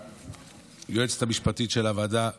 ליועצת המשפטית של הוועדה גב'